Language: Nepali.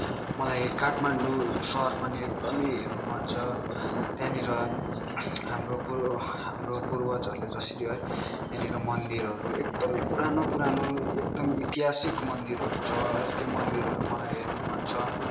मलाई काठमाडौँ सहर पनि एकदमै हेर्न मन छ त्यहाँनिर हाम्रो पूर्व हाम्रो पूर्वजहरूले जसरी है त्यहाँनिर मन्दिरहरू एकदमै पुरानो पुरानो एकदम ऐतिहासिक मन्दिरहरू छ है त्यो मन्दिरहरू छ है त्यो मन्दिरहरू मलाई हेर्न मन छ